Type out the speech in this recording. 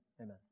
Amen